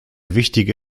wichtige